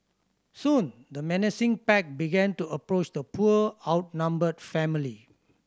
soon the menacing pack began to approach the poor outnumbered family